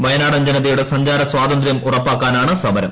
വയനാടൻ ജനതയുടെ സഞ്ചാര സ്വാതന്ത്യം ഉറപ്പാക്കാനാണ് സമരം